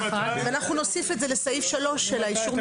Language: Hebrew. אנחנו נוסיף את זה לסעיף 3 של אישור המשטרה.